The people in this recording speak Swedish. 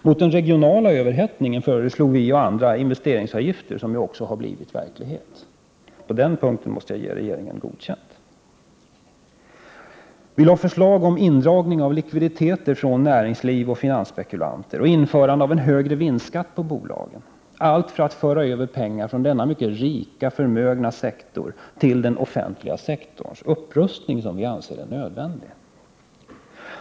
Vpk och andra föreslog investeringsavgifter som åtgärd mot den regionala överhettningen, något som ju också kom att bli verklighet. På den punkten måste jag ge regeringen godkänt. Vi föreslog indragning av likviditet från näringsliv och finansspekulanter och ett införande av högre vinstskatter för bolagen. Alla dessa åtgärder syftar till att föra över pengar från denna mycket förmögna sektor till den offentliga sektorns upprustning, något som vi anser vara nödvändigt.